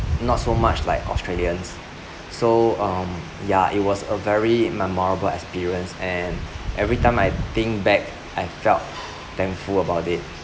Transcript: not so much like australians so um ya it was a very memorable experience and every time I think back I felt thankful about it